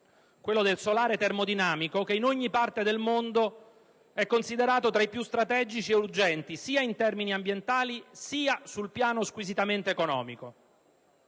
quello del solare termodinamico, che in ogni parte del mondo è considerato tra i più strategici e urgenti, sia in termini ambientali sia sul piano squisitamente economico.